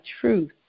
truth